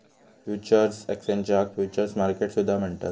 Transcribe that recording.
futures एक्सचेंजाक futures market सुद्धा म्हणतत